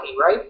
right